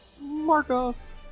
Marcus